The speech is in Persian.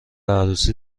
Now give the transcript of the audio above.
عروسی